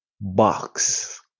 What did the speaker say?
box